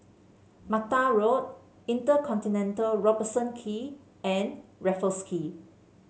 Mattar Road InterContinental Robertson Quay and Raffles Quay